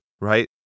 right